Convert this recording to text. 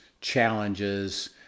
challenges